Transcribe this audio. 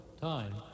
time